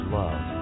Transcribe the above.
love